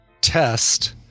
test